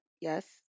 yes